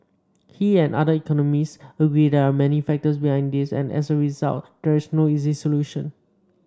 he and other economist agree there are many factors behind this and as a result there is no easy solution